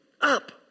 up